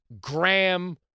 Graham